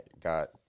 got